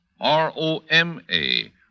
R-O-M-A